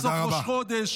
בסוף ראש חודש,